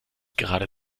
gerade